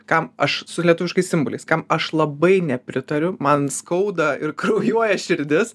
kam aš su lietuviškais simboliais kam aš labai nepritariu man skauda ir kraujuoja širdis